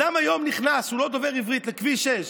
אדם שלא דובר עברית נכנס היום לכביש 6,